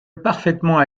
parfaitement